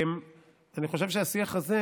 אני חושב שהשיח הזה